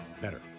better